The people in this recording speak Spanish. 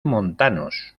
montanos